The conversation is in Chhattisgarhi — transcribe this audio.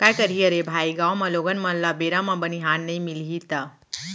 काय करही अरे भाई गॉंव म लोगन मन ल बेरा म बनिहार नइ मिलही त